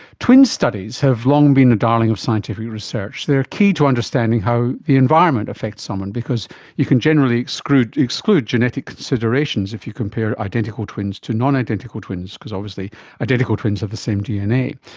twin studies have long been the darling of scientific research. they are key to understanding how the environment affects someone because you can generally exclude exclude genetic considerations if you compare identical twins to nonidentical twins, because obviously identical twins have the same dna.